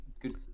good